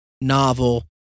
novel